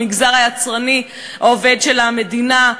במגזר היצרני העובד של המדינה,